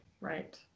right